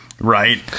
Right